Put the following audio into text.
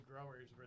growers